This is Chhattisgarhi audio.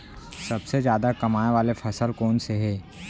सबसे जादा कमाए वाले फसल कोन से हे?